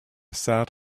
sat